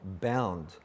bound